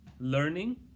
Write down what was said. learning